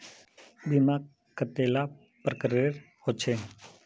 बीमा कतेला प्रकारेर होचे?